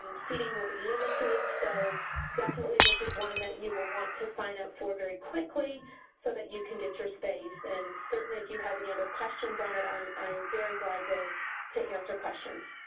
um seating will be limited, so definitely, this is one that you will want to find out for very quickly so that you can get your space. and certainly, if you have any other questions on it, i am very glad to to answer questions.